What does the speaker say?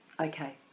okay